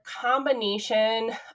combination